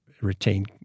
retain